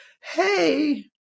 Hey